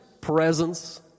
Presence